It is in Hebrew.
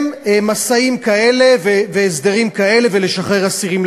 משאים-ומתנים כאלה והסדרים כאלה ולשחרר אסירים?